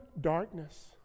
darkness